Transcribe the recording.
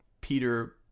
Peter